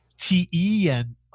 T-E-N-